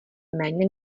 méně